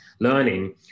learning